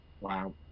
Wow